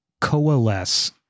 coalesce